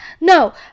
No